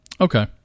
okay